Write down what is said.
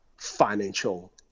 financial